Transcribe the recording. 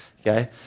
Okay